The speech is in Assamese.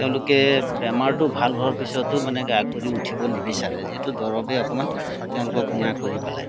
তেওঁলোকে বেমাৰটো ভাল হোৱাৰ পিছতো মানে গা কৰি উঠিব নিবিচাৰে যিহেতু দৰৱেই অকণমান তেওঁলোকক কোঙা কৰি পেলায়